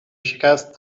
شکست